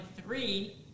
three